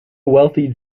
wealthy